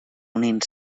unint